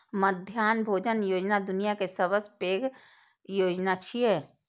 मध्याह्न भोजन योजना दुनिया के सबसं पैघ योजना छियै